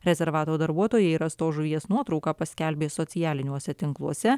rezervato darbuotojai rastos žuvies nuotrauką paskelbė socialiniuose tinkluose